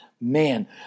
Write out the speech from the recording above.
man